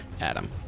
Adam